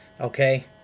okay